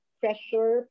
pressure